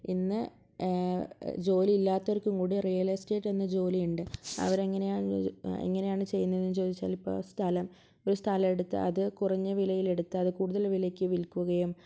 ഇന്ന് ജോലി ഇല്ലാത്തവർക്കും കൂടി റിയൽ എസ്റ്റേറ്റ് എന്ന ജോലിയുണ്ട് അവർ എങ്ങനെയാണ് എങ്ങനെയാണ് ചെയ്യുന്നത് എന്ന് ചോദിച്ചാൽ ഇപ്പോൾ സ്ഥലം ഒരു സ്ഥലം എടുത്ത് അത് കുറഞ്ഞ വിലയിൽ എടുത്ത് അത് കൂടുതൽ വിലക്ക് വിൽക്കുകയും